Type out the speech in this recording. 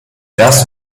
das